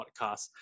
podcast